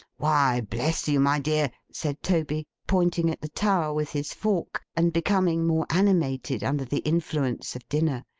why bless you, my dear said toby, pointing at the tower with his fork, and becoming more animated under the influence of dinner,